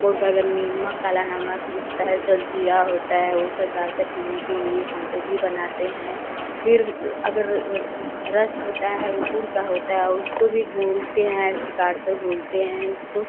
घोलकर अगर नमक काला नमक जो होता है ज़लजीरा होता है वह सब डालकर पीने के लिए हम वह भी बनाते हैं फिर अगर रस होता है वह गुड़ का होता है उसको भी घोलते हैं ऐसे गाड़कर घोलते हैं उसको